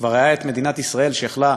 כבר הייתה מדינת ישראל שיכלה,